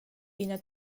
ina